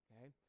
okay